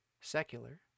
Secular